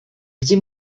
gdzie